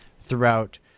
throughout